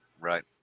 right